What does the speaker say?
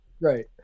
Right